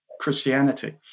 Christianity